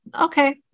Okay